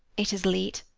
it is late.